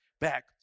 back